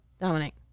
Dominic